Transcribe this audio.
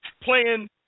playing